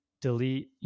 delete